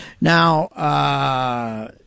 Now